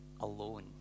alone